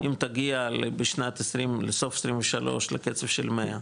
אם תגיע לסוף 23, לקצב של מאה,